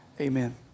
Amen